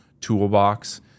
toolbox